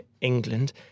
England